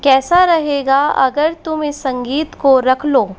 कैसा रहेगा अगर तुम इस संगीत को रख लो